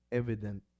evident